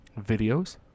videos